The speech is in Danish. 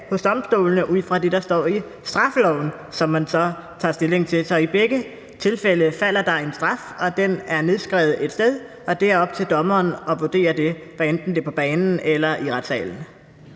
hos domstolene ud fra det, der står i straffeloven, og som man så tager stilling til. Så i begge tilfælde falder der en straf, og den er nedskrevet et sted, og det er op til dommeren at vurdere det, hvad enten det er på banen eller i retssalen.